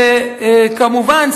וכמובן,